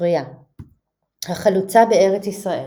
ספריה החלוצה בארץ ישראל,